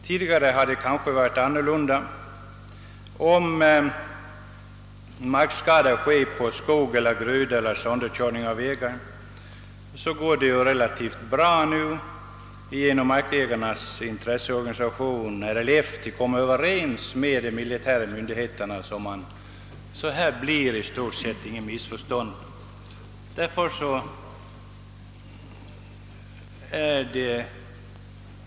Tidigare har icke alltid så varit fallet, då militären förorsakat skador på skog och gröda eller kört sönder vägarna. Numera gör de militära myndigheterna upp med markägarnas organisation RLF, varigenom i stort sett inget missförstånd uppstår.